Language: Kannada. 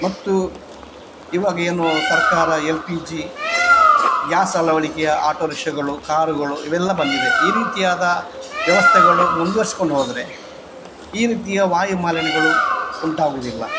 ಮತ್ತು ಇವಾಗ ಏನು ಸರ್ಕಾರ ಎಲ್ ಪಿ ಜಿ ಗ್ಯಾಸ್ ಅಳವಡಿಕೆಯ ಆಟೋ ರಿಕ್ಷಾಗಳು ಕಾರುಗಳು ಇವೆಲ್ಲ ಬಂದಿದೆ ಈ ರೀತಿಯಾದ ವ್ಯವಸ್ಥೆಗಳು ಮುಂದುವರಿಸ್ಕೊಂಡು ಹೋದ್ರೆ ಈ ರೀತಿಯ ವಾಯುಮಾಲಿನ್ಯಗಳು ಉಂಟಾಗುವುದಿಲ್ಲ